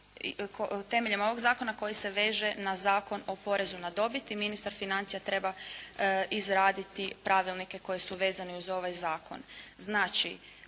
temeljem ovog zakona koji se veže na Zakon o porezu na dobit i ministar financija treba izraditi pravilnike koji su vezani uz ovaj zakon.